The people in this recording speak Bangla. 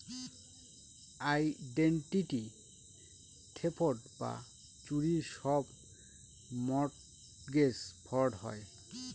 আইডেন্টিটি থেফট বা চুরির সব মর্টগেজ ফ্রড হয়